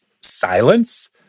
silence